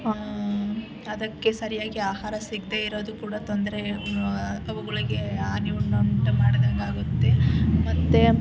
ಅದಕ್ಕೆ ಸರಿಯಾಗಿ ಆಹಾರ ಸಿಗದೇ ಇರೋದು ಕೂಡ ತೊಂದರೆ ಅವುಗಳಿಗೆ ಹಾನಿವನ್ ಉಂಟು ಮಾಡಿದಂಗಾಗುತ್ತೆ ಮತ್ತು